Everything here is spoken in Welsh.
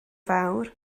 fawr